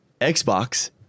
Xbox